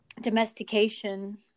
domestication